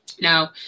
Now